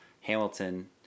Hamilton